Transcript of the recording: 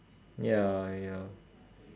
ya ya